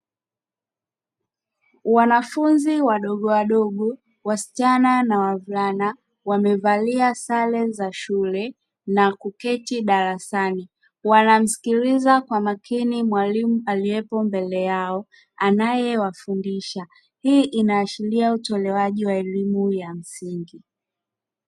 Wanafunzi wadogo wadogo wasichana na wavulana wamevalia sare za shule na kuketi darasani, wanamsikiliza kwa makini mwalimu aliyepo mbele yao anayewafundisha, hii inaashiria utolewaji wa elimu ya msingi.